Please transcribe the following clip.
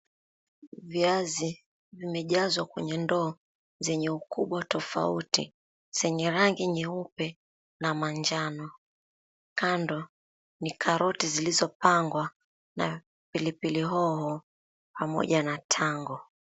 Glasi zimejazwa kwenye ndoo, zenye ukubwa tofauti zenye rangi nyeupe na manjano. Kando ni karoti zilizopangwa na pilipili hoho pamoja na tango.